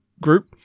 group